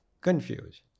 confused